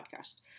podcast